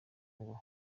ngo